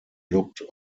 looked